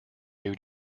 new